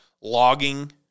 logging